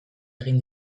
egin